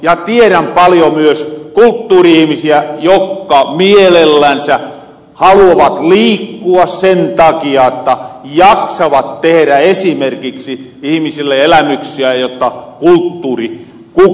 ja tierän myös paljon kulttuuri ihimisiä jokka mielellänsä haluavat liikkua sen takia jotta jaksavat esimerkiksi tehrä ihimisille elämyksiä ja jotta kulttuuri kukoistaa